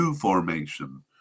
formation